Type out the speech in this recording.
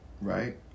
Right